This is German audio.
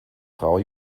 frau